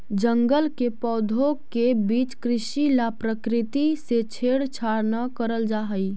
जंगल के पौधों के बीच कृषि ला प्रकृति से छेड़छाड़ न करल जा हई